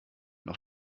noch